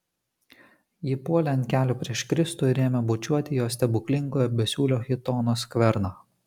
ji puolė ant kelių prieš kristų ir ėmė bučiuoti jo stebuklingojo besiūlio chitono skverną